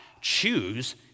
choose